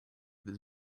this